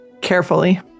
Carefully